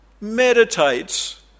Meditates